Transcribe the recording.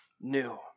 new